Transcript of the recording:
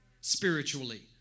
spiritually